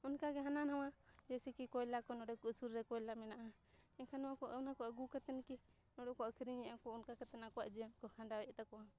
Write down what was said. ᱚᱱᱠᱟᱜᱮ ᱦᱟᱱᱟ ᱱᱷᱟᱣᱟ ᱡᱮᱭᱥᱮ ᱠᱤ ᱠᱚᱭᱞᱟ ᱠᱚ ᱱᱚᱸᱰᱮ ᱠᱚ ᱟᱹᱥᱩᱞ ᱨᱮ ᱠᱚᱭᱞᱟ ᱢᱮᱱᱟᱜᱼᱟ ᱮᱱᱠᱷᱟᱱ ᱱᱚᱣᱟ ᱠᱚ ᱚᱱᱟ ᱠᱚ ᱟᱹᱜᱩ ᱠᱟᱛᱮᱱ ᱱᱚᱸᱰᱮ ᱠᱚ ᱟᱹᱠᱷᱨᱤᱧᱮᱜᱼᱟ ᱠᱚ ᱚᱱᱠᱟ ᱠᱟᱛᱮ ᱟᱠᱚᱣᱟᱜ ᱡᱚᱢ ᱠᱚ ᱠᱷᱟᱸᱰᱟᱣ ᱮᱫ ᱛᱟᱠᱚᱣᱟ